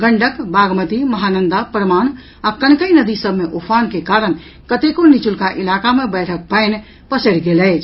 गंडक बागमती महानंदा परमान आ कनकई नदी सभ मे उफान के कारण कतेको निचुलका इलाका मे बाढ़िक पानि पसरि गेल अछि